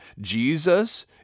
Jesus